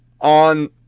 on